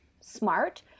smart